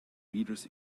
reader’s